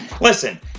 Listen